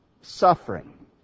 suffering